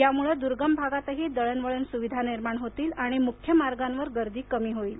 यामुळं द्र्गम भागातही दळणवळण सुविधा निर्माण होतील आणि मुख्य मार्गांवर गर्दी कमी होईल